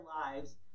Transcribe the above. lives